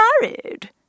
married